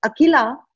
akila